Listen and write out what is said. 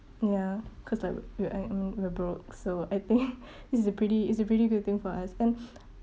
ya cause like we're we're broke so I think this is a pretty it's a pretty good thing for us and